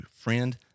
Friend